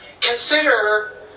Consider